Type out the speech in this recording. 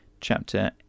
chapter